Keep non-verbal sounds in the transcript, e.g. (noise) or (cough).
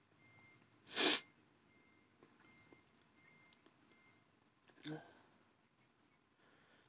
(noise)